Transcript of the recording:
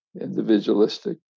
individualistic